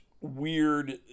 weird